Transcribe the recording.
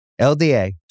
LDA